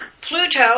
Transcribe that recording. Pluto